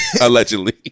Allegedly